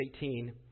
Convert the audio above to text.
18